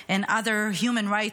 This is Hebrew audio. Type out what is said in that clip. and other human organizations